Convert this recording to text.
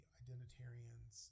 identitarians